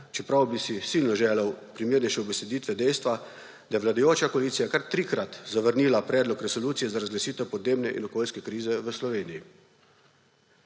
čeprav bi si silno želel primernejše ubeseditve dejstva, da vladajoča koalicija kar trikrat zavrnila Predlog resolucije za razglasitev podnebne in okoljske krize v Sloveniji.